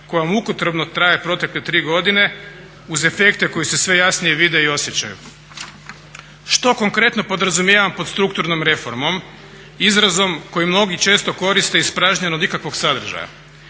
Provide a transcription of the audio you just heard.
koja mukotrpno traje protekle tri godine uz efekte koji se sve jasnije vide i osjećaju. Što konkretno podrazumijevam pod strukturnom reformom, izrazom koji mnogi često koriste ispražnjen od ikakvog sadržaja?